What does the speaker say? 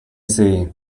see